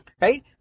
right